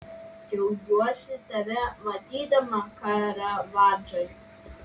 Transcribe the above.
džiaugiuosi tave matydama karavadžai